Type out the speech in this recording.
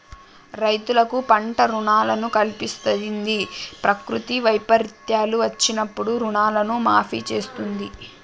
రైతులకు పంట రుణాలను కల్పిస్తంది, ప్రకృతి వైపరీత్యాలు వచ్చినప్పుడు రుణాలను మాఫీ చేస్తుంది